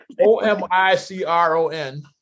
O-M-I-C-R-O-N